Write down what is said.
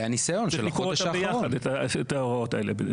צריך לקרוא יחד את ההוראות האלה.